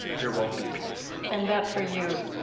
there won't be peace and that, for you,